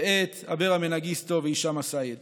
ואת אברה מנגיסטו והישאם א-סייד